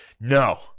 no